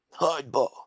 Hardball